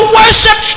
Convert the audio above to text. worship